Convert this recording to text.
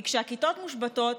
כי כשהכיתות מושבתות,